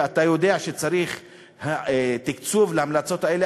ואתה יודע שצריך תקצוב של ההמלצות האלה,